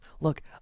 Look